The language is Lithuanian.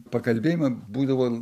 pakalbėjimai būdavo